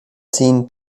seen